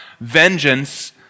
vengeance